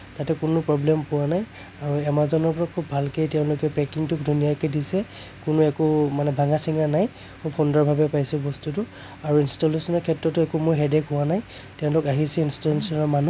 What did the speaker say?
তাতে কোনো প্ৰব্লেম পোৱা নাই আৰু এমাজনৰ পৰা খুব ভালকে তেওঁলোকে পেকিংটো ধুনীয়াকৈ দিছে কোনো একো মানে ভাঙা চিঙা নাই খুব সুন্দৰভাৱে পাইছোঁ বস্তুটো আৰু ইনষ্টলেচনৰ ক্ষেত্ৰতো একো মোৰ হেডেক্ হোৱা নাই তেওঁলোক আহিছে ইনষ্টলেচনৰ মানুহ